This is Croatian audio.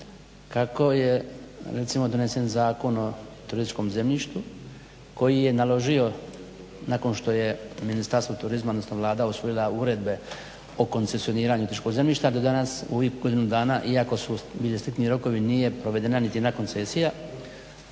kako je donesen Zakon o turističkom zemljištu koji je naložio nakon što je Ministarstvo turizma odnosno Vlada usvojila uredbe o koncesioniranju turističkog zemljišta. Do danas u ovih godinu dana iako su … rokovi nije provedena nijedna koncesija